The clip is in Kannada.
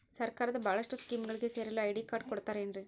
ಸರ್ಕಾರದ ಬಹಳಷ್ಟು ಸ್ಕೇಮುಗಳಿಗೆ ಸೇರಲು ಐ.ಡಿ ಕಾರ್ಡ್ ಕೊಡುತ್ತಾರೇನ್ರಿ?